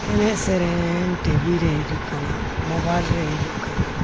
ᱮᱱᱮᱡ ᱥᱮᱨᱮᱧ ᱴᱤᱵᱷᱤ ᱨᱮ ᱦᱤᱡᱩᱜ ᱠᱟᱱᱟ ᱢᱳᱵᱟᱭᱤᱞ ᱨᱮ ᱦᱤᱡᱩᱜ ᱠᱟᱱᱟ